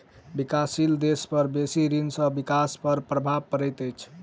विकासशील देश पर बेसी ऋण सॅ विकास पर प्रभाव पड़ैत अछि